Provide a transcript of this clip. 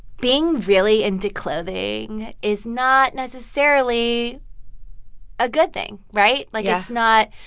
being really into clothing is not necessarily a good thing. right? like, it's not,